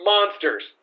Monsters